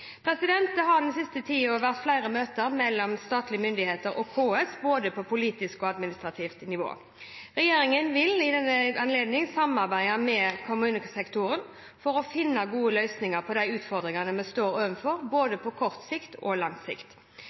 Det har den siste tida vært flere møter mellom statlige myndigheter og KS, både på politisk og administrativt nivå. Regjeringen vil i denne anledning samarbeide med kommunesektoren for å finne gode løsninger på de utfordringene vi står overfor, både på kort sikt og lang sikt.